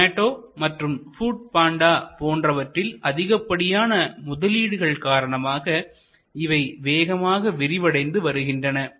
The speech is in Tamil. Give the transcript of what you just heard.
சோமடோ மற்றும் ஃபுட் பாண்டா போன்றவற்றில் அதிகப்படியான முதலீடுகள் காரணமாக இவை வேகமாக விரிவடைந்து வருகின்றன